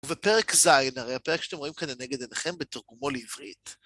ובפרק זין, הרי הפרק שאתם רואים כאן נגד עינכם בתרגומו לעברית.